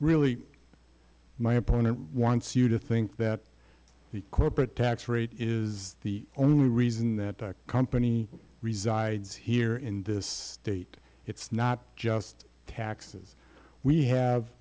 really my opponent wants you to think that the corporate tax rate is the only reason that company resides here in this state it's not just taxes we have